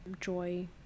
joy